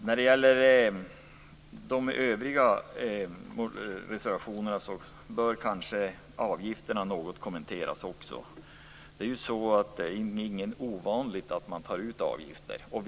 När det gäller de övriga reservationerna bör också avgifterna kommenteras något. Det är inget ovanligt att avgifter tas ut.